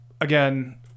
Again